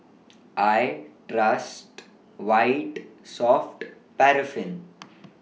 I Trust White Soft Paraffin